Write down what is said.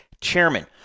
Chairman